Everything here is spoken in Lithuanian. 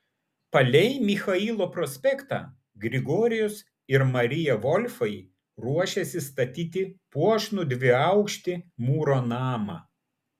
palei michailo prospektą grigorijus ir marija volfai ruošėsi statyti puošnų dviaukštį mūro namą